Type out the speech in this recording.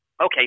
Okay